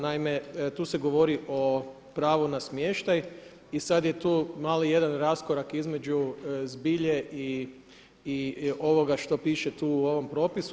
Naime, tu se govori o pravu na smještaj i sad je tu mali jedan raskorak između zbilje i ovoga što piše tu u ovome propisu.